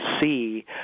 see